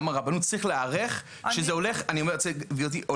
הרבנות צריכים להיערך שזה הולך להשתנות.